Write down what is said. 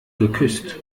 geküsst